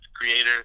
creator